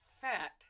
fat